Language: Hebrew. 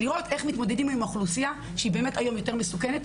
לראות איך מתמודדים עם אוכלוסייה שהיא באמת היום יותר מסוכנת,